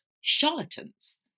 charlatans